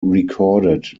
recorded